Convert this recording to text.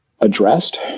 addressed